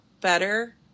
better